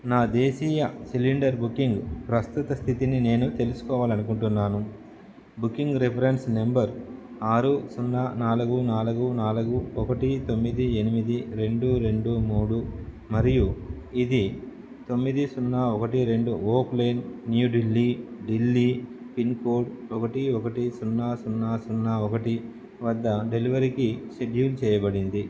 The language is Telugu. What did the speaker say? నా దేశీయ సిలిండర్ బుకింగ్ ప్రస్తుత స్థితిని నేను తెలుసుకోవాలి అనుకుంటున్నాను బుకింగ్ రిఫరెన్స్ నెంబర్ ఆరు సున్నా నాలుగు నాలుగు నాలుగు ఒకటి తొమ్మిది ఎనిమిది రెండు రెండు మూడు మరియు ఇది తొమ్మిది సున్నా ఒకటి రెండు ఓక్లేన్ న్యూ ఢిల్లీ ఢిల్లీ పిన్కోడ్ ఒకటి ఒకటి సున్నా సున్నా సున్నా ఒకటి వద్ద డెలివరీకి షెడ్యూల్ చేయబడింది